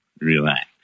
Relax